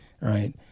Right